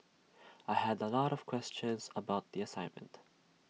I had A lot of questions about the assignment